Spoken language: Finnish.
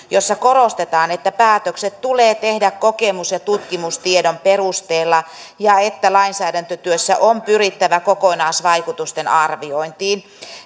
jossa korostetaan että päätökset tulee tehdä kokemus ja tutkimustiedon perusteella ja että lainsäädäntötyössä on pyrittävä kokonaisvaikutusten arviointiin